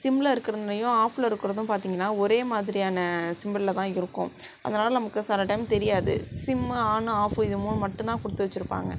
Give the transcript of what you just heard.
சிம்மில் இருக்கிறதுலையும் ஆஃபில் இருக்கிறதும் பார்த்திங்கன்னா ஒரே மாதிரியான சிம்பலில்தான் இருக்கும் அதனால நமக்கு சில டைம் தெரியாது சிம்மு ஆனு ஆஃபு இது மூணு மட்டும்தான் கொடுத்து வச்சுருப்பாங்க